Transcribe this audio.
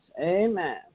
amen